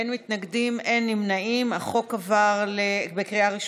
נגיף הקורונה החדש) (מענק חד-פעמי נוסף),